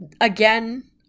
again